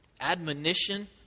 admonition